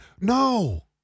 No